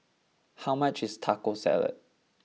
how much is Taco Salad